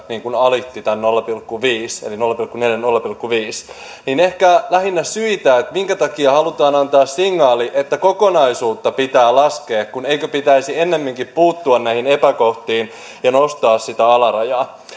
alitti tämän nolla pilkku viiden eli mitoitus oli nolla pilkku neljä viiva nolla pilkku viisi eli lähinnä peräisin syitä minkä takia halutaan antaa signaali että kokonaisuutta pitää laskea eikö pitäisi ennemminkin puuttua näihin epäkohtiin ja nostaa sitä alarajaa